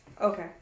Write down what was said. Okay